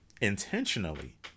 intentionally